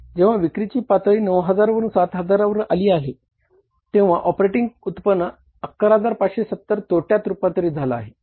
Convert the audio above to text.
जेव्हा विक्रीची पातळी 9000 वरून 7000 वर आली आहे तेव्हा ऑपरेटिंग उत्पन्न 11570 तोट्यात रुपांतरीत झाला आहे